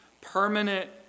permanent